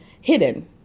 hidden